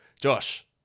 Josh